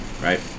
right